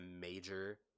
major